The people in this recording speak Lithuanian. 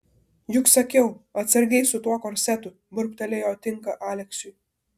juk sakiau atsargiai su tuo korsetu burbtelėjo tinka aleksiui